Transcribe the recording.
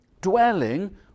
dwelling